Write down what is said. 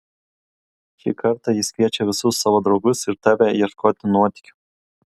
šį kartą jis kviečia visus savo draugus ir tave ieškoti nuotykių